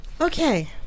Okay